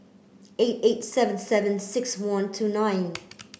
eight eight seven seven six one two nine